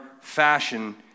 fashion